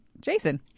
Jason